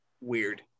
weird